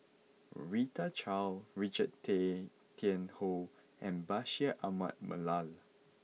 Rita Chao Richard Tay Tian Hoe and Bashir Ahmad Mallal